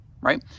right